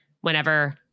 whenever